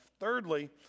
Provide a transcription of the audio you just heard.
Thirdly